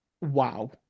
wow